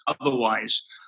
otherwise